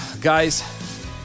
guys